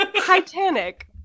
Titanic